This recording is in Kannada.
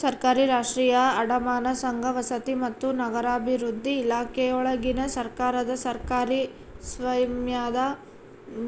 ಸರ್ಕಾರಿ ರಾಷ್ಟ್ರೀಯ ಅಡಮಾನ ಸಂಘ ವಸತಿ ಮತ್ತು ನಗರಾಭಿವೃದ್ಧಿ ಇಲಾಖೆಯೊಳಗಿನ ಸರ್ಕಾರದ ಸರ್ಕಾರಿ ಸ್ವಾಮ್ಯದ